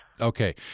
Okay